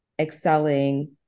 excelling